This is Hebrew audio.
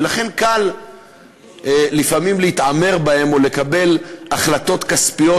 ולכן קל לפעמים להתעמר בהם או לקבל החלטות כספיות